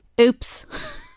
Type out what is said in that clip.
Oops